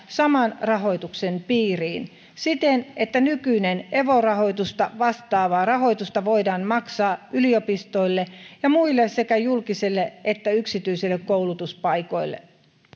saman rahoituksen piiriin siten että nykyistä evo rahoitusta vastaavaa rahoitusta voidaan maksaa yliopistoille ja muille sekä julkisille että yksityisille koulutuspaikoille